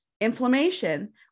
inflammation